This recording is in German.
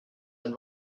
ein